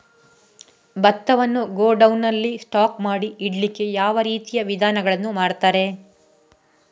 ಭತ್ತವನ್ನು ಗೋಡೌನ್ ನಲ್ಲಿ ಸ್ಟಾಕ್ ಮಾಡಿ ಇಡ್ಲಿಕ್ಕೆ ಯಾವ ರೀತಿಯ ವಿಧಾನಗಳನ್ನು ಮಾಡ್ತಾರೆ?